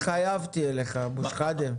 התחייבתי אליך אבו שחאדה.